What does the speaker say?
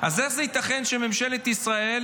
אז איך זה ייתכן שממשלת ישראל